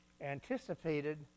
Anticipated